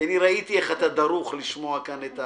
ראיתי איך אתה דרוך לשמוע כאן את הדברים.